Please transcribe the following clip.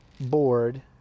board